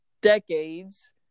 decades